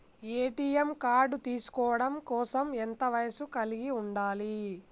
ATM card తీసుకోవడం కోసం ఎంత వయస్సు కలిగి ఉండాలి?